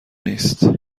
نیست